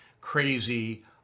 crazy